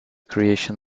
creation